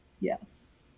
yes